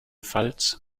ggf